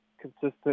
consistent